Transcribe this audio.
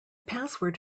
password